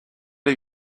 you